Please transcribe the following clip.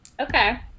okay